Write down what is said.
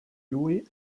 lui